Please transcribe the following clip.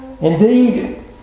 Indeed